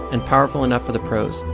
and powerful enough for the pros.